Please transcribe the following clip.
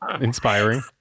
inspiring